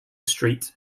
street